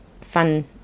fun